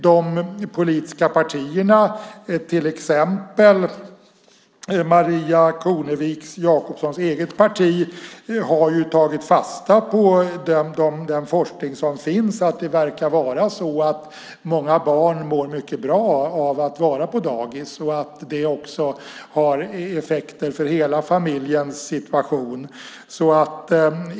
De politiska partierna, till exempel Maria Kornevik Jakobssons eget parti, har ju tagit fasta på den forskning som finns och som visar att många barn verkar må mycket bra av att vara på dagis och att det också har effekter på hela familjens situation.